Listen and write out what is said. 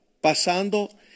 pasando